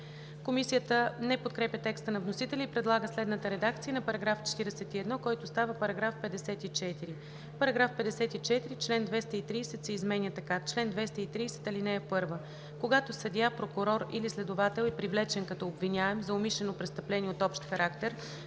Комисията не подкрепя текста на вносителя и предлага следната редакция на § 41, който става § 54: „§ 54. Член 230 се изменя така: „Чл. 230. (1) Когато съдия, прокурор или следовател е привлечен като обвиняем за умишлено престъпление от общ характер,